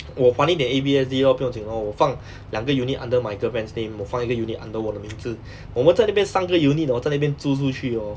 我还一点 A_B_S_D lor 不用紧 lor 我放两个 unit under my girlfriends name 我放一个 unit under 我的名字我们在那边三个 unit 在那边租出去 hor